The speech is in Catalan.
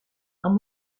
amb